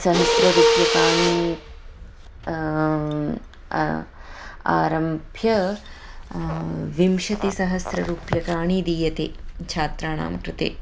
सहस्ररूप्यकाणि आरभ्य विंशतिसहस्ररूप्यकाणि दीयते छात्राणां कृते